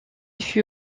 fut